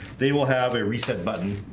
they will have a reset button